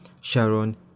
Sharon